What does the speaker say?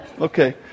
Okay